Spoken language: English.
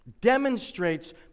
Demonstrates